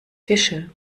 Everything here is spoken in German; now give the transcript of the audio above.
fische